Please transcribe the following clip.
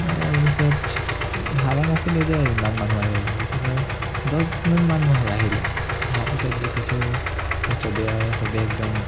তাৰপিছত ভবা নাছিলোঁ সে ইমান মানুহ আহিব বুলি তাৰপিছত আৰু দহজন মান মানুহ আহিলে অহাৰ পিছত দেখিছোঁ সবেই আৰু সবেই একদম